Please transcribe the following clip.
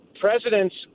president's